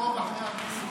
תעקוב אחרי הפרסומים.